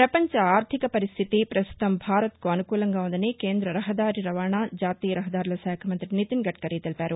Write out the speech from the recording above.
ప్రపంచ ఆర్లిక పరిస్లితి ప్రస్తుతం భారత్కు అనుకూలంగా ఉందని కేంద్ర రహదారి రవాణా జాతీయ రహదారుల శాఖ మంతి నితిన్ గడ్కరీ తెలిపారు